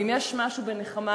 ואם יש משהו לנחמה,